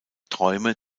träume